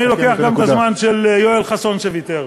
אני לוקח גם את הזמן של יואל חסון שוויתר.